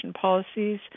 policies